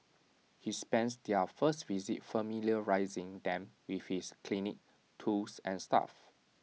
he spends their first visit familiarising them with his clinic tools and staff